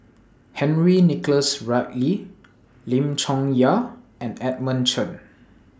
Henry Nicholas Ridley Lim Chong Yah and Edmund Chen